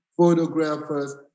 photographers